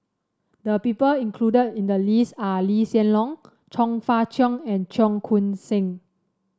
the people included in the list are Lee Hsien Loong Chong Fah Cheong and Cheong Koon Seng